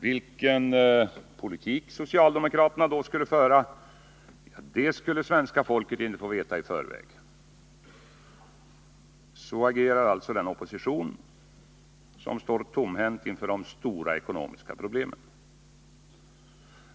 Vilken politik socialdemokraterna skulle föra, ja, det skulle svenska folket dock inte få veta i förväg. Så agerar en opposition som står tomhänt inför de stora ekonomiska problemen.